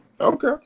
Okay